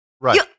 Right